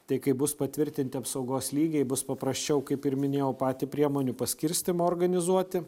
tai kaip bus patvirtinti apsaugos lygiai bus paprasčiau kaip ir minėjau patį priemonių paskirstymą organizuoti